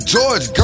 George